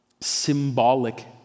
symbolic